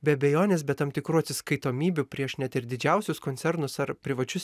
be abejonės be tam tikrų atsiskaitomybių prieš net ir didžiausius koncernus ar privačius